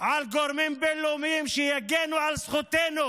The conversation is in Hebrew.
על גורמים בין-לאומיים שיגנו על זכותנו